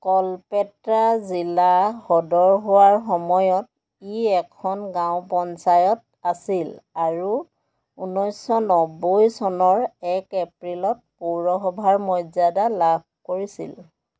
কল্পেট্টা জিলা সদৰ হোৱাৰ সময়ত ই এখন গাঁও পঞ্চায়ত আছিল আৰু ঊনৈছশ নবৈ চনৰ এক এপ্ৰিলত পৌৰসভাৰ মৰ্যাদা লাভ কৰিছিল